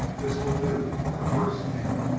this will do for our first camp.